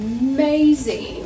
amazing